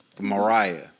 Mariah